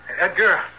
Edgar